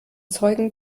zeugen